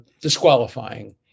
disqualifying